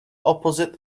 opposite